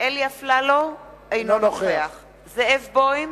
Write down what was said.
אלי אפללו, אינו נוכח זאב בוים,